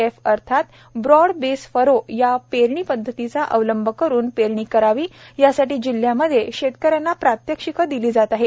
F म्हणजेच broad base furrow या पेरणी पद्धतीचा अवलंब करून पेरणी करावी यासाठी जिल्ह्यामध्ये शेतकर्यांना प्रात्यक्षिक दिले जात आहे